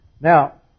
Now